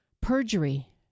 perjury